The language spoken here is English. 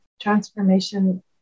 transformation